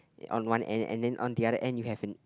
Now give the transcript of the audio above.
on one end and on the other end you have an